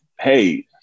hey